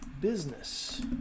business